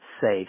safe